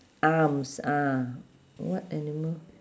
arms ah what animal